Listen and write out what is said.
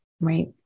right